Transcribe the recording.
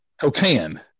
Cocaine